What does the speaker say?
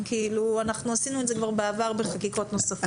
אנחנו עשינו את זה כבר בעבר בחקיקות נוספות.